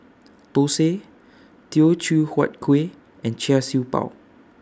Dosa Teochew Huat Kuih and Char Siew Bao